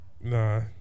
nah